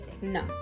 No